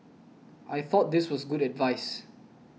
I thought this was good advice